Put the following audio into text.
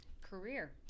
career